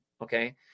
okay